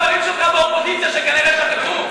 שהחברים שלך באופוזיציה שכנראה שכחו.